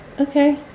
Okay